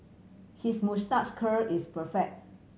his moustache curl is perfect